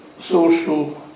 social